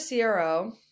CRO